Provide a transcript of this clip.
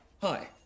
Hi